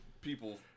people